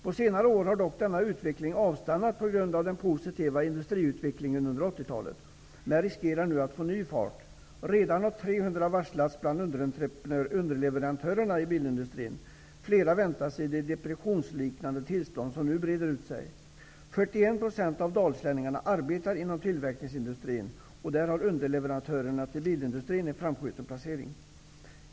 På senare år har dock denna utveckling avstannat till följd av den positiva industriutvecklingen under 80-talet, men den riskerar nu att ta ny fart. Redan har 300 varslats bland underleverantörerna till bilindustrin. Fler väntas i det depressionsliknande tillstånd som nu breder ut sig. 41 % av dalslänningarna arbetar inom tillverkningsindustrin. Där har underleverantörerna till bilindustrin en framskjuten placering.